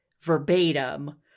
verbatim